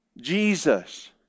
Jesus